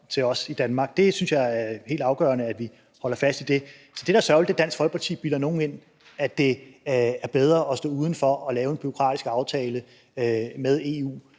til os i Danmark. Det synes jeg er helt afgørende at vi holder fast i. Altså, det, der er sørgeligt, er, at Dansk Folkeparti bilder nogen ind, at det er bedre at stå udenfor og lave en bureaukratisk aftale med EU,